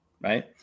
right